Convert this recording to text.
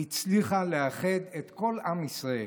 היא הצליחה לאחד את כל עם ישראל,